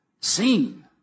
seen